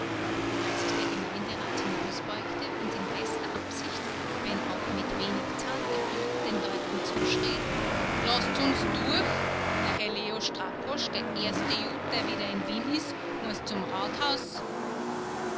worauf sich der gemeinderat hinausbeugte und in bester absicht wenn auch mit wenig zartgefühl den leuten zuschrie laßt's uns durch der herr leo strakosch der erste jud der wieder in wien ist muß zum rathaus